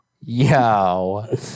Yo